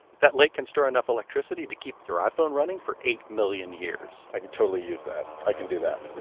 that lake can store enough electricity to keep your iphone running for eight million years i can totally use that. i can do that